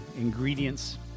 ingredients